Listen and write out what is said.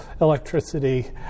electricity